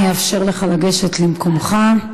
אאפשר לך לגשת למקומך.